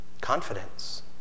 confidence